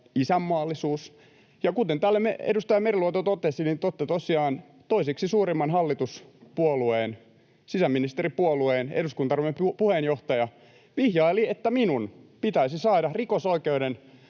isänmaallisuus. Ja kuten täällä edustaja Meriluoto totesi, niin totta tosiaan toiseksi suurimman hallituspuolueen, sisäministeripuolueen, eduskuntaryhmän puheenjohtaja vihjaili, että minun pitäisi saada rikoslain